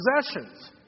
possessions